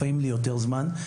לפעמים ליותר זמן.